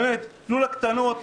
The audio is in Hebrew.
תנו לקטנות,